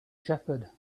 shepherd